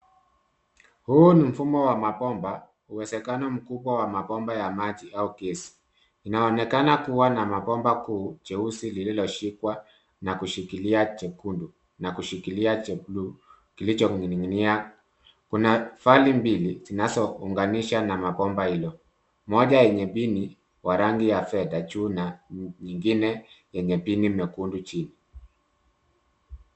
Huu ni mfumo wa mabomba uwezekano mkubwa wa mabomba ya maji au gesi. Inaonekana kuwa na mabomba kuu jeusi lililoshikwa na kishikilia cha bluu kilichoning'inia. Kuna vali mbili zinazounganisha na mabomba hilo. Moja yenye mpini wa rangi ya fedha juu na nyingine yenye mpini mwekundu chini.